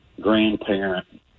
grandparent